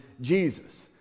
Jesus